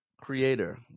Creator